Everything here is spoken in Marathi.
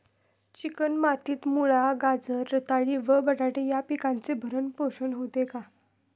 चिकण मातीत मुळा, गाजर, रताळी व बटाटे या पिकांचे भरण पोषण होते का?